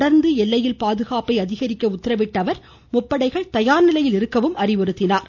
தொடர்ந்து எல்லையில் பாதுகாப்பை அதிகரிக்க உத்தரவிட்ட அவர் முப்படைகள் தயார்நிலையில் இருக்கவும் அறிவுறுத்தினார்